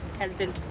has been,